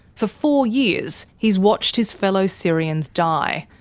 for four years, he's watched his fellow syrians die,